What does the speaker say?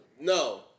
No